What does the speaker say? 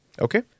Okay